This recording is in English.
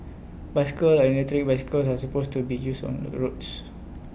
bicycles and electric bicycles are supposed to be used only on the roads